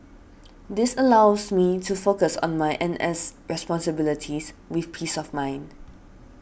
this allows me to focus on my N S responsibilities with peace of mind